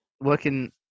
working